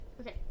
Okay